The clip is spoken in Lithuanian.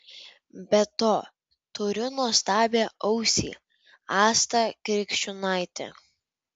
be to turiu nuostabią ausį astą krikščiūnaitę